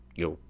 you know,